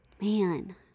man